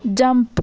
jump